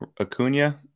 Acuna